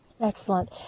Excellent